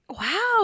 Wow